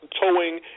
towing